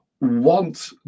Want